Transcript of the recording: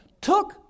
took